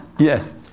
Yes